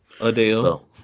Adele